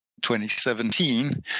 2017